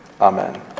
Amen